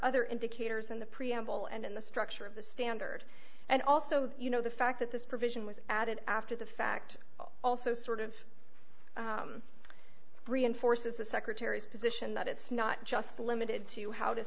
other indicators in the preamble and in the structure of the standard and also that you know the fact that this provision was added after the fact also sort of reinforces the secretary's position that it's not just limited to how t